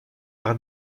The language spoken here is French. par